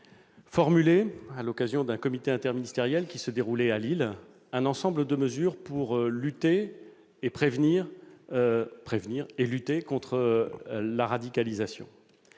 présenté, à l'occasion d'un comité interministériel qui se déroulait à Lille, un ensemble de mesures pour prévenir la radicalisation